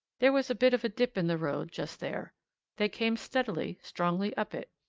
there was a bit of a dip in the road just there they came steadily, strongly, up it.